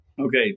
Okay